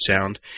Sound